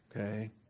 okay